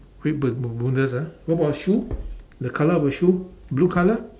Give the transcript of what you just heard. red ber~ bermudas ah what about her shoe the colour of her shoe blue colour